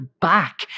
back